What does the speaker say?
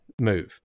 move